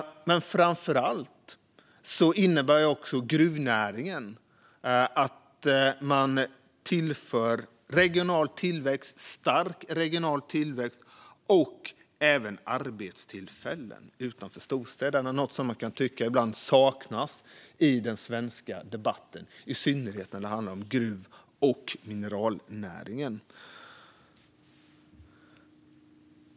Framför allt innebär gruvnäringen också att man tillför stark regional tillväxt och även arbetstillfällen utanför storstäderna, något som man ibland kan tycka saknas i den svenska debatten, i synnerhet när det handlar om gruv och mineralnäringen.